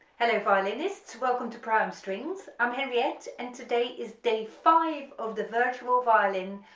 hello violinists, welcome to pro am strings. i'm henriette, and today is day five of the virtual violin